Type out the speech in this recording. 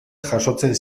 jasotzen